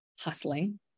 hustling